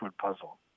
puzzle